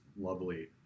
lovely